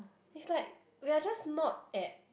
it's like we are just not at